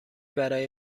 برای